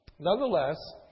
Nonetheless